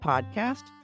Podcast